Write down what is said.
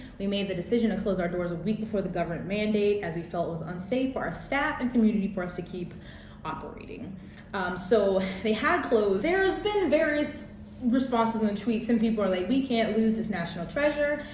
we made the decision to close our doors a week before the government mandate, as we felt it was unsafe for our staff and community for us to keep operating. um so they had closed. there's been various responses and tweets and people are like we can't lose this national treasure.